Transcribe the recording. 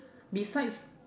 besides